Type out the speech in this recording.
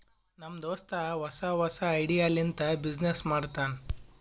ನಮ್ ದೋಸ್ತ ಹೊಸಾ ಹೊಸಾ ಐಡಿಯಾ ಲಿಂತ ಬಿಸಿನ್ನೆಸ್ ಮಾಡ್ತಾನ್